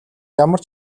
ямар